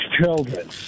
children